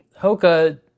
Hoka